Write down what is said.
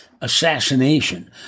assassination